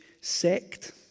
sect